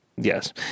yes